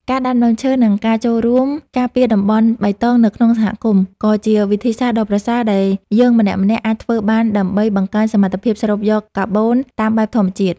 ការដាំដើមឈើ និងការចូលរួមការពារតំបន់បៃតងនៅក្នុងសហគមន៍ ក៏ជាវិធីសាស្ត្រដ៏ប្រសើរដែលយើងម្នាក់ៗអាចធ្វើបានដើម្បីបង្កើនសមត្ថភាពស្រូបយកកាបូនតាមបែបធម្មជាតិ។